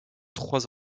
trois